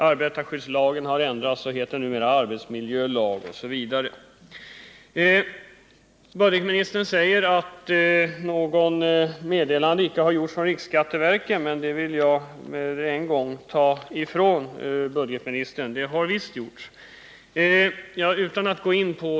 Arbetarskyddslagen har ändrats och heter numera Budgetministern säger att något meddelande inte har kommit från riksskatteverket, men det påståendet vill jag med en gång bemöta. Det har visst kommit ett sådant meddelande.